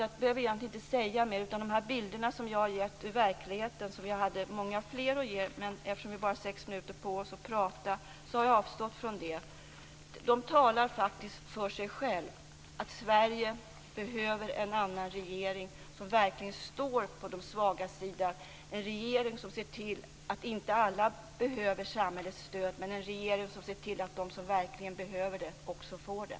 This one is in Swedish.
Jag behöver egentligen inte säga mer, utan de bilder som jag har gett ur verkligheten - jag hade många fler bilder, men eftersom vi har bara sex minuters taletid avstår jag från att beskriva dem - talar för sig själva: Sverige behöver en annan regering, som verkligen står på de svagas sida, en regering som ser till att inte alla behöver samhällets stöd men en regering som ser till att de som verkligen behöver det också får det.